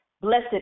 Blessed